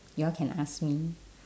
you all can ask me